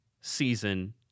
season